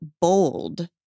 bold